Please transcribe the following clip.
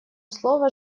слово